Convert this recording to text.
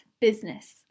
business